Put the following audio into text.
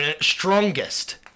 Strongest